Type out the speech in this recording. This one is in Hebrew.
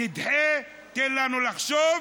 תדחה, תן לנו לחשוב,